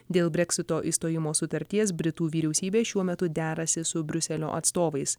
dėl breksito išstojimo sutarties britų vyriausybė šiuo metu derasi su briuselio atstovais